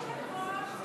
גברתי היושבת-ראש,